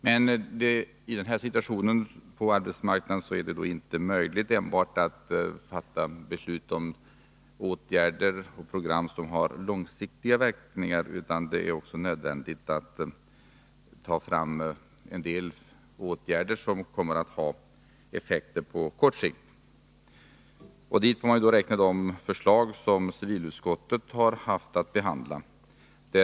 Men i denna situation på arbetsmarknaden är det inte möjligt att enbart fatta beslut om åtgärder och program som har långsiktiga verkningar, utan det är också nödvändigt att ta fram en del åtgärder som kommer att ha Nr 144 effekter på kort sikt. Dit får man räkna de förslag som civilutskottet har haft att behandla.